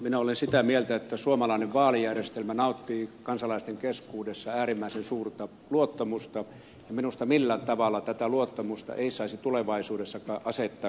minä olen sitä mieltä että suomalainen vaalijärjestelmä nauttii kansalaisten keskuudessa äärimmäisen suurta luottamusta ja minusta millään tavalla tätä luottamusta ei saisi tulevaisuudessakaan asettaa kyseenalaiseksi